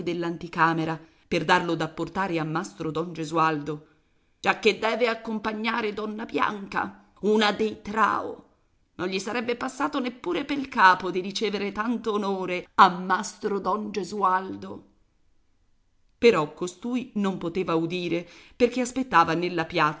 dell'anticamera per darlo da portare a mastro don gesualdo giacché deve accompagnare donna bianca una dei trao non gli sarebbe passato neppure pel capo di ricevere tanto onore a mastro don gesualdo però costui non poteva udire perché aspettava nella